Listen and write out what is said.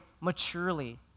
maturely